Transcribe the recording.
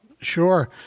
Sure